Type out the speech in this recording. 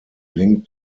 linked